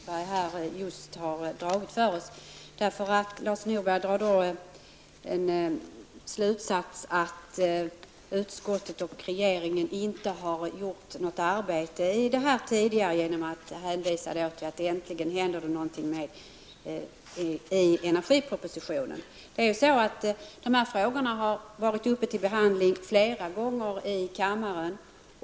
Herr talman! Jag vill bara korrigera den historiebeskrivning som Lars Norberg har dragit för oss här. Lars Norberg drar den slutsatsen att utskottet och regeringen inte har gjort något arbete i detta tidigare genom att hänvisa till att äntligen händer det någonting i energipropositionen. De här frågorna har varit uppe till behandling flera gånger i kammaren.